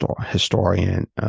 historian